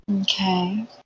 Okay